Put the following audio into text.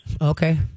Okay